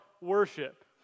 worship